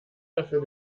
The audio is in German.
dafür